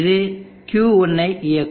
இது Q1 ஐ இயக்கும்